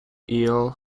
hill